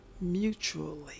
mutually